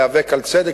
להיאבק על צדק,